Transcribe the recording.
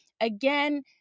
again